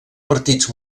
partits